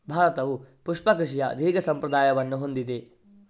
ಭಾರತವು ಪುಷ್ಪ ಕೃಷಿಯ ದೀರ್ಘ ಸಂಪ್ರದಾಯವನ್ನು ಹೊಂದಿದೆ